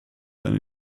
eine